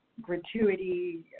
gratuity